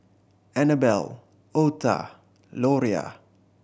Annabel Otha Loria